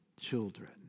children